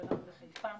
שלנו בחיפה,